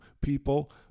people